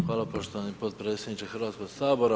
Hvala poštovani potpredsjedniče Hrvatskog sabora.